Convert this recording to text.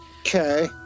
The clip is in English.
Okay